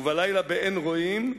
ובלילה, באין רואים,